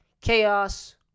Chaos